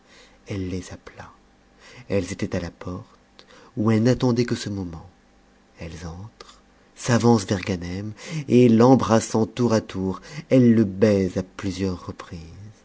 elle les appela elles étaient à la porte où elles n'attendaient que ce moment effes entrent s'avancent vers ganem et l'embrassant tour à tour elles le baisent a plusieurs reprises